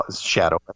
Shadow